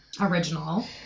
original